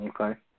Okay